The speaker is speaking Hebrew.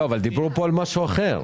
דיברו פה על משהו אחר.